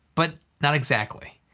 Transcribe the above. but not exactly.